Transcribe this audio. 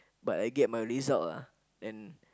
but I get my result ah and